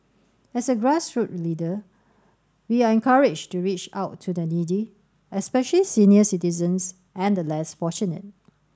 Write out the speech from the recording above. as a grassroots leader we are encouraged to reach out to the needy especially senior citizens and the less fortunate